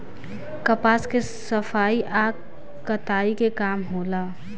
कपास के सफाई आ कताई के काम होला